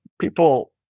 people